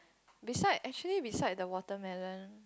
beside actually beside the watermelon